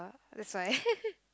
that's why